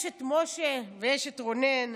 יש משה ויש רונן,